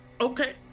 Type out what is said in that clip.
Okay